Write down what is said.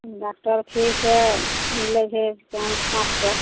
doctor fees लै छै पाँच सओ